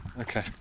Okay